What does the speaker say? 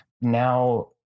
now